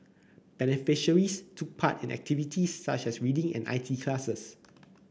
beneficiaries took part in activities such as reading and I T classes